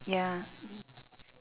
ya